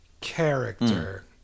character